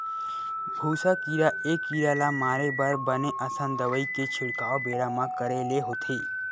भूसा कीरा ए कीरा ल मारे बर बने असन दवई के छिड़काव बेरा म करे ले होथे